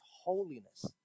holiness